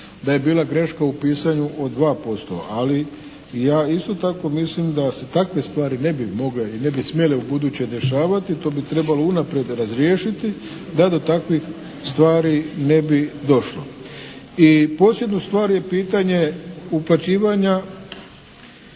da je bila greška u pisanju od 2%. Ali ja isto tako mislim da se takve stvari ne bi mogle i ne bi smjele ubuduće dešavati. To bi trebalo unaprijed razriješiti da do takvih stvari ne bi došlo. I posljednju stvar je pitanje uplaćivanja